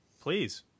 Please